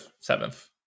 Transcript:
seventh